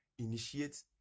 Initiate